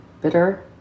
Bitter